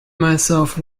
myself